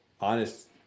honest